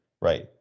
Right